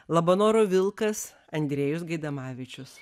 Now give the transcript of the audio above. labanoro vilkas andrejus gaidamavičius